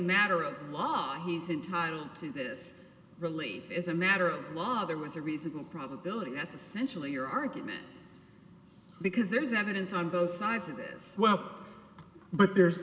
matter of law he said title to this really is a matter of law there was a reasonable probability that's essentially your argument because there is evidence on both sides of this well but there's